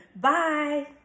Bye